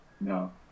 No